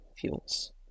fuels